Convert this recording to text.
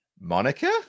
monica